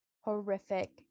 horrific